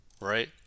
right